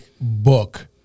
book